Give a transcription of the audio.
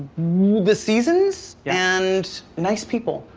the seasons and nice people.